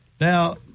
Now